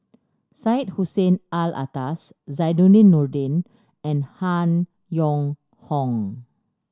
Syed Hussein Alatas Zainudin Nordin and Han Yong Hong